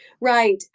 Right